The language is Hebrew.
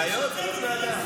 אלה חיות ולא בני אדם.